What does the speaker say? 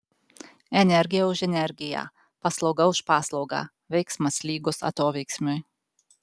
energija už energiją paslauga už paslaugą veiksmas lygus atoveiksmiui